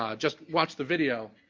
um just watch the video.